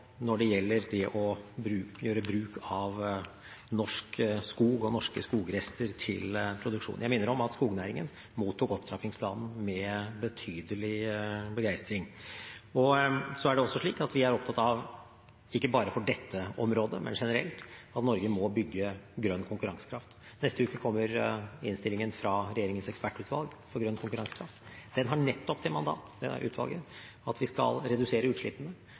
når det gjelder det å gjøre bruk av norsk skog og norske skogrester i produksjonen. Jeg minner om at skognæringen mottok opptrappingsplanen med betydelig begeistring. Vi er også opptatt av – ikke bare for dette området, men generelt – at Norge må bygge grønn konkurransekraft. Neste uke kommer innstillingen fra regjeringens ekspertutvalg for grønn konkurransekraft. Utvalgets mandat er nettopp at vi skal redusere utslippene, at vi skal